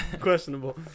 questionable